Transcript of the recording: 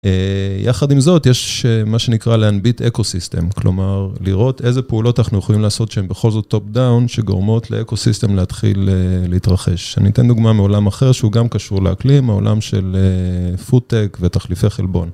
יחד עם זאת יש מה שנקרא להנביט אקו סיסטם, כלומר, לראות איזה פעולות אנחנו יכולים לעשות שהן בכל זאת טופ דאון, שגורמות לאקו סיסטם להתחיל להתרחש. אני אתן דוגמה מעולם אחר שהוא גם קשור לאקלים, מעולם של פודטאק ותחליפי חלבון.